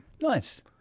nice